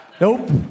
Nope